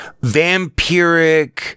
vampiric